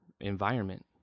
environment